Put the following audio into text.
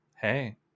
hey